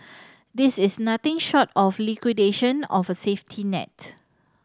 this is nothing short of liquidation of a safety net